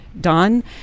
done